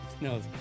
No